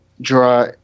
draw